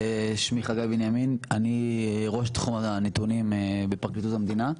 אני ראש תחום הנתונים בפרקליטות המדינה.